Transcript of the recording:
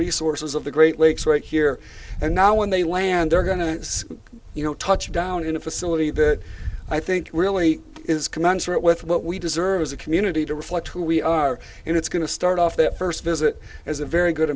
resources of the great lakes right here and now when they land they're going to you know touch down in a facility that i think really is commensurate with what we deserve as a community to reflect who we are and it's going to start off that first visit as a very good